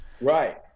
Right